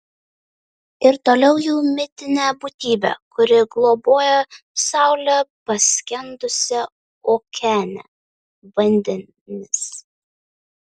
ir toliau jau mitinė būtybė kuri globoja saulę paskendusią okeane vandenis